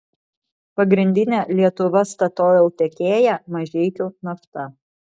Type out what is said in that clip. pagrindinė lietuva statoil tiekėja mažeikių nafta